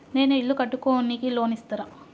నేను ఇల్లు కట్టుకోనికి లోన్ ఇస్తరా?